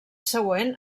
següent